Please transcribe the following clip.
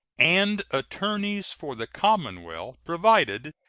and attorneys for the commonwealth provided,